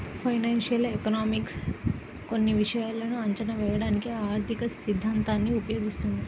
financial economics కొన్ని విషయాలను అంచనా వేయడానికి ఆర్థికసిద్ధాంతాన్ని ఉపయోగిస్తుంది